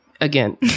again